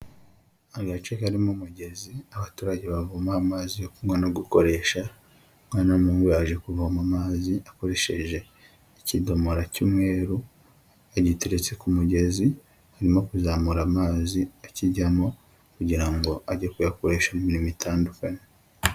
Agace karimo umugezi abaturage bavomaho amazi yo kunywa no gukoresha, umwana w'umuhungu yaje kuvoma amazi akoresheje ikidomora cy'umweru, agiteretse ku mugezi, arimo kuzamura amazi akijyamo, kugira ngo ajye kuyakoresha mu mirimo itandukanye.